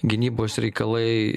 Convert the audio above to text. gynybos reikalai